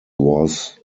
was